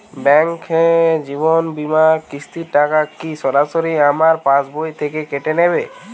Bank জীবন বিমার কিস্তির টাকা কি সরাসরি আমার পাশ বই থেকে কেটে নিবে?